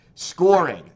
scoring